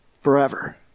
forever